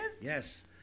Yes